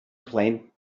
claimed